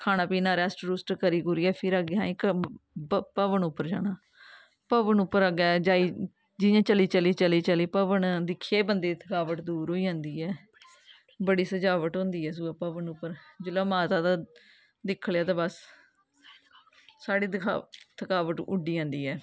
खाना पीना रैस्ट रुस्ट करी करियै फिर अग्गें असें ब भवन उप्पर जाना भवन उप्पर अग्गै जाइयै जियां चली चली चली चली भवन दिक्खियै बंदे गी थकावट दूर होई जंदी ऐ बड़ी सजावट होंदी ऐ सगुआं भवन उप्पर जेल्लै ओह् माता दा दिक्खी लै ते बस साढ़ी थकावट थकावट उड्डी जंदी ऐ